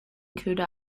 köder